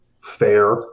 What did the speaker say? fair